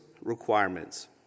requirements